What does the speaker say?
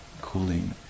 cooling